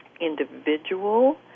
individual